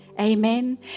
Amen